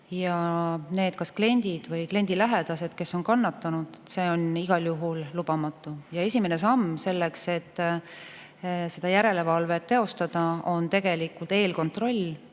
Ja kui kliendid või nende lähedased on kannatanud, siis see on igal juhul lubamatu. Esimene samm selleks, et seda järelevalvet teostada, on tegelikult eelkontroll.